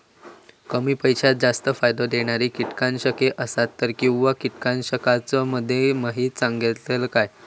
कमी पैशात जास्त फायदो दिणारी किटकनाशके आसत काय किंवा कीटकनाशकाचो माहिती सांगतात काय?